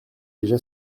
déjà